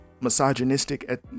misogynistic